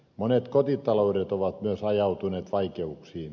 monet kotitaloudet ovat myös ajautuneet vaikeuksiin